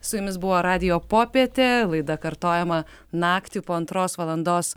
su jumis buvo radijo popietė laida kartojama naktį po antros valandos